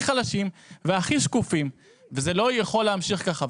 חלשים והכי שקופים וזה לא יכול להמשיך ככה.